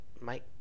mike